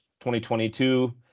2022